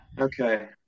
okay